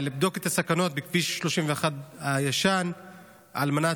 לבדוק את הסכנות בכביש 31 הישן על מנת